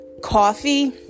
coffee